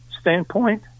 standpoint